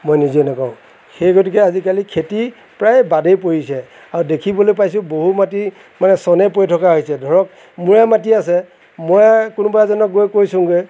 মই নিজে নকৰোঁ সেই গতিকে আজিকালি খেতি প্ৰায় বাদেই পৰিছে আৰু দেখিবলৈ পাইছোঁ বহু মাটি মানে চনে পৰি থকা হৈছে ধৰক মোৰে মাটি আছে মই কোনোবা এজনক গৈ কৈছোঁগৈ